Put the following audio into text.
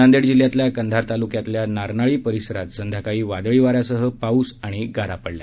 नांदेड जिल्ह्यातल्या कधार तालुक्यातल्या नारनाळी परिसरात संध्याकाळी वादळी वाऱ्यासह पाऊस आणि गारा पडल्या